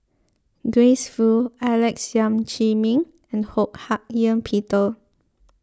Grace Fu Alex Yam Ziming and Ho Hak Ean Peter